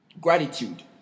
Gratitude